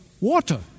Water